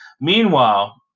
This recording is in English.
Meanwhile